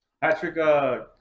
Patrick